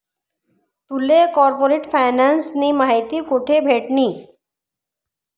तुले कार्पोरेट फायनान्सनी माहिती कोठे भेटनी?